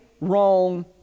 wrong